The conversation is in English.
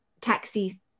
taxi